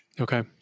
Okay